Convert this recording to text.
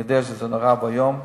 אני יודע שזה נורא ואיום,